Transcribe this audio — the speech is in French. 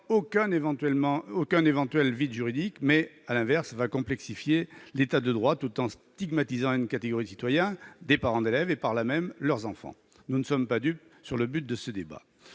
aucun éventuel vide juridique. À l'inverse, il va complexifier l'état du droit tout en stigmatisant une catégorie de citoyens, des parents d'élèves et, par là même, leurs enfants. Nous ne sommes pas dupes quant au but de ce débat.